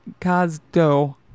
Kazdo